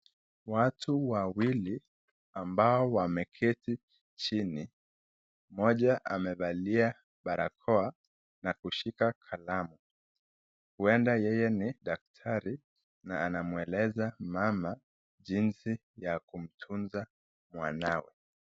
Watu wawili ambao wameketi chini, moja amevalia barakoa na kushika kalamu. Huenda yeye ni daktari na anamweleza mama jinsi ya kumtunza mwanawe.